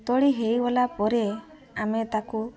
ତୋଳି ହେଇଗଲା ପରେ ଆମେ ତାକୁ